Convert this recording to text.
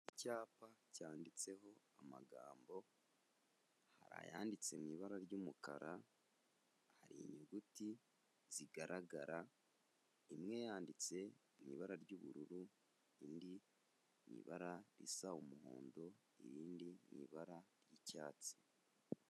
Icyapa cyanditseho amagambo, hari ayanditse mu ibara ry'umukara, hari inyuguti zigaragara imwe yanditse mu ibara ry'ubururu indi mu ibara risa umuhondo irindi ni ibara ry'icyatsi.